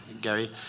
Gary